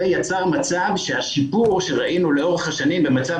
זה יצר מצב שהשיפור שראינו לאורך השנים במצב